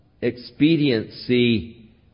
expediency